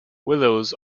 willows